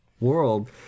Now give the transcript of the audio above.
world